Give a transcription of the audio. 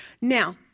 Now